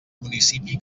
municipi